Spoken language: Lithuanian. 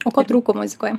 o ko trūko muzikoje